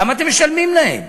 כמה אתם משלמים להם?